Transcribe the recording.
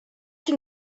can